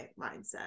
mindset